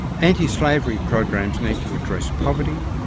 antislavery programs need to address poverty,